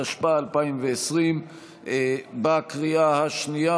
התשפ"א 2020, בקריאה השנייה.